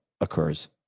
occurs